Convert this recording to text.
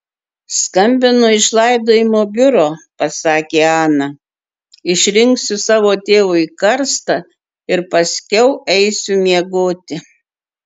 skambinu iš laidojimo biuro pasakė ana išrinksiu savo tėvui karstą ir paskiau eisiu miegoti